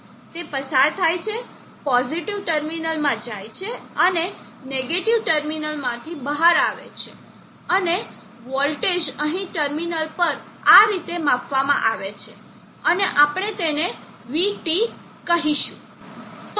તે પસાર થાય છે પોઝિટીવ ટર્મિનલમાં જાય છે અને નેગેટીવ ટર્મિનલમાંથી બહાર આવે છે અને વોલ્ટેજ અહીં ટર્મિનલ પર આ રીતે માપવામાં આવે છે અને આપણે તેને vT તરીકે કહીશું